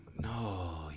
No